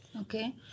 Okay